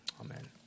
amen